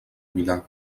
milà